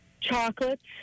Chocolates